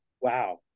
Wow